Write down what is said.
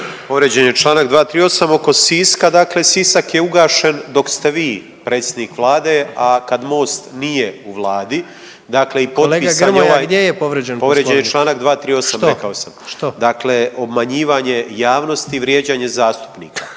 Povrijeđen je čl. 238, oko Siska dakle Sisak je ugašen dok ste vi predsjednik Vlade, a kad Most nije u Vladi, dakle i potpisan je ovaj .../Upadica: Kolega Grmoja, gdje je povrijeđen Poslovnik?/... Povrijeđen je čl. 238, rekao sam. .../Upadica: Što? Što?/... Dakle, obmanjivanje javnosti i vrijeđanje zastupnika.